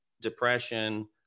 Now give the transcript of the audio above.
depression